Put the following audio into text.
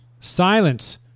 Silence